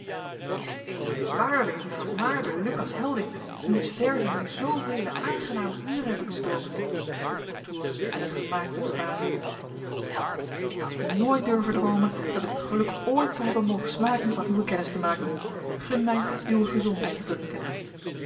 is ued waarlijk die vermaarde lucas helding wiens verzen mij zoovele aangename uren hebben doen doorbrengen vroeg contour met een gemaakte verbazing wel ik had nooit durven droomen dat ik het geluk ooit zou hebben mogen smaken van uwe kennis te maken gun mij uwe gezondheid te drinken